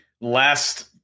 last